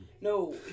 No